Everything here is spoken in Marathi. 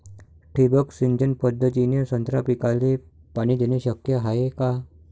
ठिबक सिंचन पद्धतीने संत्रा पिकाले पाणी देणे शक्य हाये का?